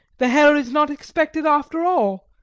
the herr is not expected after all.